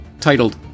titled